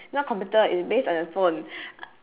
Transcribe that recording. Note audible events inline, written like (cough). not computer it's based on your phone (noise)